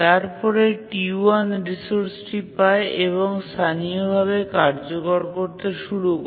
তারপরে T1 রিসোর্সটি পায় এবং স্থানীয়ভাবে কার্যকর করতে শুরু করে